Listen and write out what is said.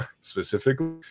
specifically